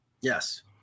Yes